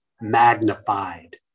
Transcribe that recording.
magnified